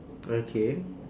okay